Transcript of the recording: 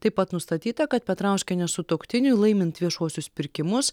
taip pat nustatyta kad petrauskienės sutuoktiniui laimint viešuosius pirkimus